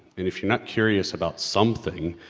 and if you're not curious about something,